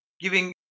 giving